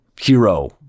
hero